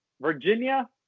Virginia